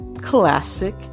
classic